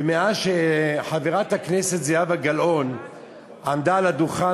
ומאז שחברת הכנסת זהבה גלאון עמדה פה על הדוכן